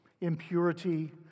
impurity